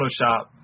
Photoshop